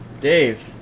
Dave